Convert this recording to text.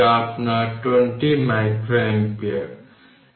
তাই এখানে 10 মাইক্রোফ্যারড পাওয়া গেছে